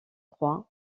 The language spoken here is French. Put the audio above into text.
croix